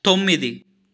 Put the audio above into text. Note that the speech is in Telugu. తొమ్మిది